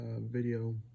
video